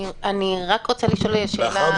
אנחנו רוצים לדעת